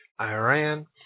Iran